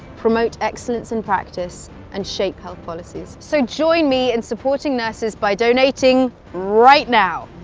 promote excellence in practice and shape health policies. so join me in supporting nurses by donating right now,